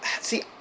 see